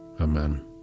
Amen